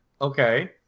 Okay